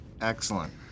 Excellent